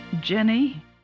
Jenny